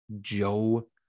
Joe